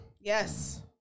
Yes